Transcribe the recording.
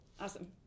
Awesome